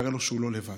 תראה לו שהוא לא לבד.